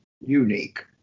unique